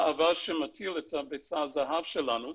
שמטיל את ביצת הזהב שלנו,